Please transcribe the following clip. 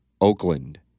Oakland